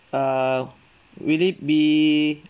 err will it be